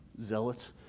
Zealots